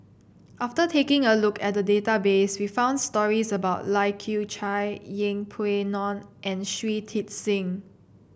after taking a look at the database we found stories about Lai Kew Chai Yeng Pway Ngon and Shui Tit Sing